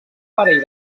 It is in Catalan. parell